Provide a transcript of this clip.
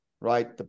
right